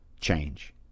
change